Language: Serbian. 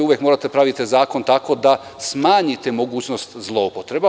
Uvek morate da pravite zakon tako da smanjite mogućnost zloupotreba.